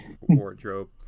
wardrobe